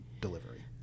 delivery